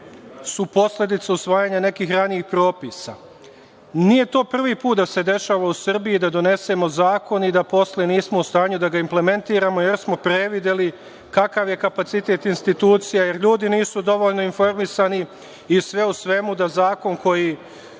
su posledica usvajanja nekih ranijih propisa. Nije to prvi put da se dešava u Srbiji da donesemo zakon i da posle nismo u stanju da ga implementiramo, jer smo prevideli kakav je kapacitet institucija, jer ljudi nisu dovoljno informisani i, sve u svemu, da zakon koji